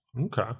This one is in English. Okay